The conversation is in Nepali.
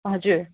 हजुर